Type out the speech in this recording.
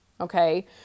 Okay